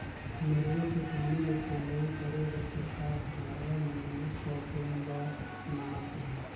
नरूवा के पानी ले टेड़ई करे बर सरकार हर नरवा मन में स्टॉप डेम ब नात हे